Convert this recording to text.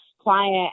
client